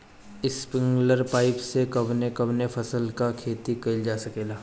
Sprinkler pipe से कवने कवने फसल क खेती कइल जा सकेला?